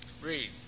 Read